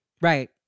Right